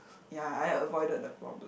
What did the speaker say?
ya I avoided the problem